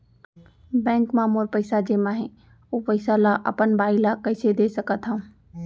Bank म मोर पइसा जेमा हे, ओ पइसा ला अपन बाई ला कइसे दे सकत हव?